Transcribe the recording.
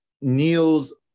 neil's